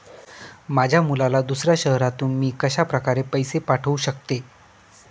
माझ्या मुलाला दुसऱ्या शहरातून मी कशाप्रकारे पैसे पाठवू शकते?